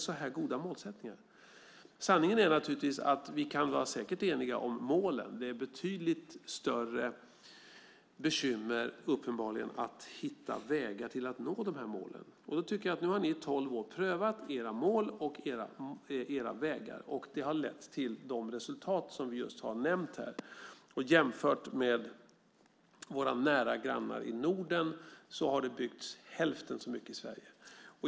Sanningen är naturligtvis att vi kan vara eniga om målen, men det är betydligt större bekymmer att hitta vägar till att nå målen. Ni har i tolv år prövat era mål och era vägar. Det har lett till de resultat som jag just har nämnt här. Vid en jämförelse med våra nära grannar i Norden har det byggts hälften så mycket i Sverige.